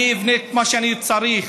אני אבנה את מה שאני צריך.